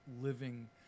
living